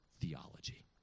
theology